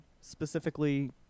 specifically